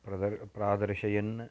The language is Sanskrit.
प्रदर् प्रादर्शयन्